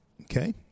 okay